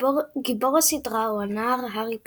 גיבור הסדרה הוא הנער הארי פוטר.